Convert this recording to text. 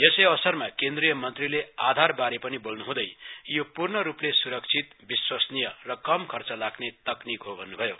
यसै अवसरमा केन्द्रीय मन्त्रीले आधार बारे पनि बोल्न् हँदै यो पूर्ण रूपले सुरक्षित विश्वसनीय र कम खर्च लाग्ने तकनिक हो भन्नुभयो